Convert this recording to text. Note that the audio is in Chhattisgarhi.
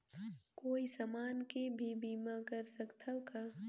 कोई समान के भी बीमा कर सकथव का?